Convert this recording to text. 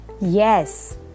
yes